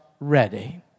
ready